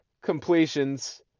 completions